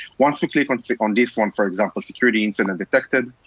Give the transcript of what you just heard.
once we click on click on this one, for example, security incident detected,